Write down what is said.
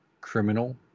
criminal